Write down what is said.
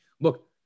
Look